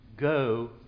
Go